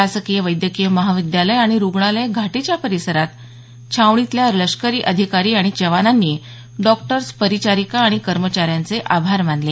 शासकीय वैद्यकीय महाविद्यालय आणि रुग्णालय घाटीच्या परिसरात येऊन छावणीतल्या लष्करी अधिकारी आणि जवानांनी डॉक्टर्स परिचारिका आणि कर्मचाऱ्यांचे आभार मानले